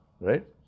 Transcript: right